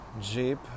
Jeep